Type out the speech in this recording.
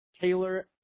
Taylor